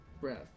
breath